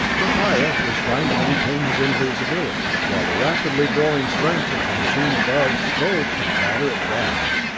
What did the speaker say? the pirate was trying to maintain his invisibility, while the rapidly growing strength of the machine above strove to batter it down.